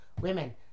women